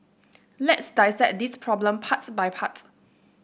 let's dissect this problem part by part